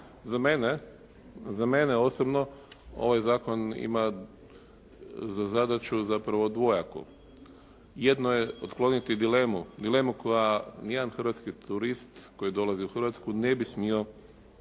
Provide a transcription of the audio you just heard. Hrvatske. Za mene osobno ovaj zakon ima za zadaću zapravo dvojaku. Jedno je otkloniti dilemu, dilemu koju ni jedan hrvatski turist koji dolazi u Hrvatsku ne bi smio